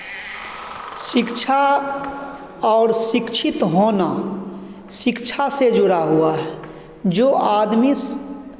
शिक्षा और शिक्षित होना शिक्षा से जुड़ा हुआ है जो आदमी